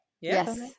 Yes